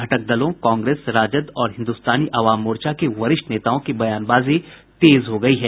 घटक दलों कांग्रेस राजद और हिन्दुस्तानी अवाम मोर्चा के वरिष्ठ नेताओं की बयानबाजी तेज हो गयी है